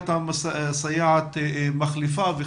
את אומרת בצדק שצריך לחשוב על נושא סייעת מחליפה,